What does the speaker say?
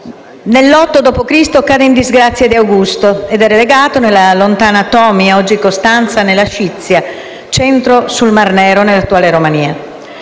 Nell'8 d.C. cade in disgrazia di Augusto ed è relegato nella lontana Tomi, oggi Costanza, nella Scizia, centro sul Mar Nero nell'attuale Romania.